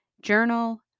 journal